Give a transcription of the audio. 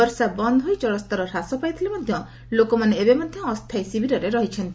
ବର୍ଷା ବନ୍ଦ ହୋଇ ଜଳସ୍ତର ହ୍ରାସ ପାଇଥିଲେ ମଧ୍ୟ ଲୋକମାନେ ଏବେ ମଧ୍ୟ ଅସ୍ଥାୟୀ ଶିବିରରେ ରହିଛନ୍ତି